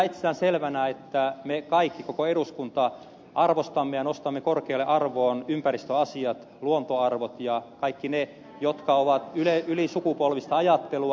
pidän itsestäänselvänä että me kaikki koko eduskunta arvostamme ja nostamme korkealle arvoon ympäristöasiat luontoarvot ja kaikki ne asiat jotka ovat ylisukupolvista ajattelua